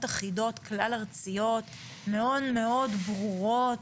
אחידות כלל ארציות מאוד מאוד ברורות.